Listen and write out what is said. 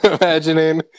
Imagining